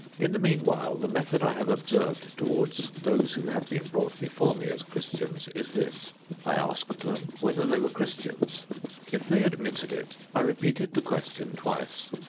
in the meanwhile, the method i have observed towards those who have been brought before me as christians is this i asked them whether they were christians if they admitted it, i repeated the question twice,